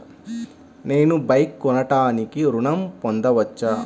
నేను బైక్ కొనటానికి ఋణం పొందవచ్చా?